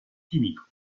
químico